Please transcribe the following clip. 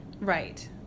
Right